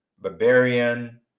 barbarian